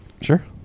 Sure